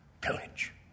pillage